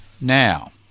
Now